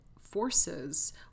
forces